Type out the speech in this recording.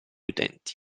utenti